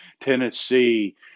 Tennessee